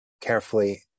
carefully